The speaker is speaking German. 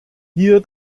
hier